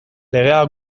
legea